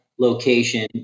location